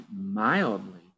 mildly